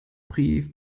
brief